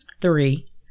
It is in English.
Three